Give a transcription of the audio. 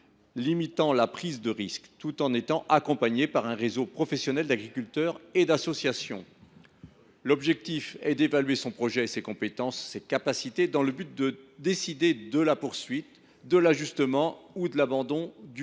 limitant la prise de risque, tout en bénéficiant de l’accompagnement d’un réseau professionnel d’agriculteurs et d’associations. L’objectif est d’évaluer son projet et ses compétences, ainsi que ses capacités, dans le but de décider de la poursuite, de l’ajustement ou de l’abandon du